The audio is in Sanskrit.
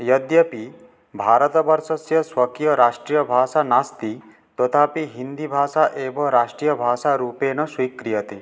यद्यपि भारतवर्षस्य स्वकीयराष्ट्रियभाषा नास्ति तथापि हिन्दीभाषा एव राष्ट्रियभाषारूपेण स्वीक्रियते